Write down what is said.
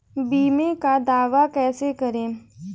बीमे का दावा कैसे करें?